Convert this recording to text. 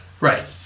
Right